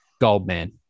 Goldman